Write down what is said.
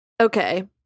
Okay